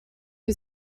who